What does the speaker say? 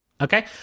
Okay